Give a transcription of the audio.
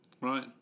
Right